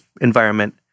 environment